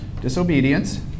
Disobedience